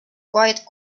quite